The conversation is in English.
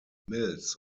mills